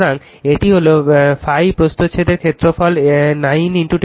সুতরাং এটি হল ∅ প্রস্থছেদের ক্ষেত্রফল 9 10 4 স্কয়ার মিটার